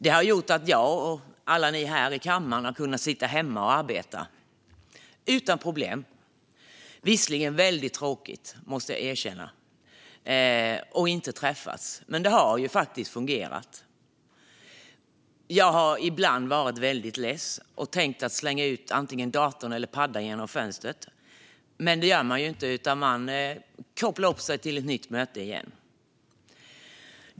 Det har gjort att jag och övriga ledamöter har kunnat sitta hemma och arbeta utan problem. Visserligen har det varit väldigt tråkigt att inte träffas, men det har fungerat. Jag har ibland varit väldigt less och tänkt slänga ut antingen datorn eller paddan genom fönstret. Men det gör man ju inte, utan man kopplar upp sig igen och har ytterligare ett möte.